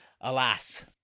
alas